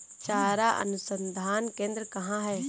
चारा अनुसंधान केंद्र कहाँ है?